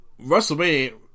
Wrestlemania